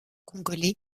congolais